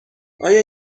آیا